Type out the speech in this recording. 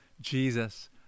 Jesus